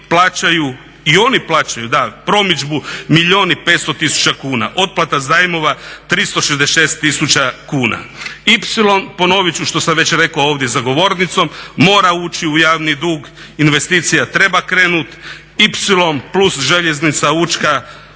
i oni plaćaju promidžbu milijun i 500 tisuća kuna. Otplata zajmova 366 tisuća kuna. Ipsilon, ponoviti ću što sam već rekao ovdje za govornicom mora ući u javni dug, investicija treba krenuti, ipsilon plus željeznica Učka